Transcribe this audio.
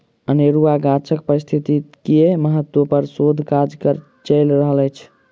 अनेरुआ गाछक पारिस्थितिकीय महत्व पर शोध काज चैल रहल अछि